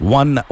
one